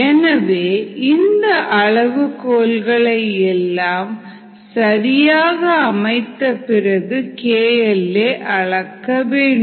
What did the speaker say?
எனவே இந்த அளவுகோல்களை எல்லாம் சரியாக அமைத்து பிறகு KL a அளக்க வேண்டும்